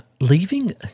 Leaving